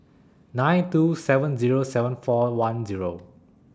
nine two seven Zero seven four one Zero